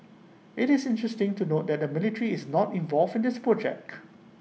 IT is interesting to note that the military is not involved in this project